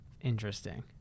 Interesting